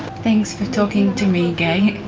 thanks to talking to me gaye.